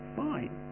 fine